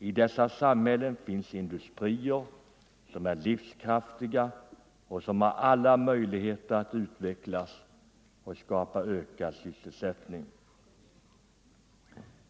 I dessa samhällen finns industrier som är livskraftiga och som har alla möjligheter att utvecklas och skapa ökad sysselsättning.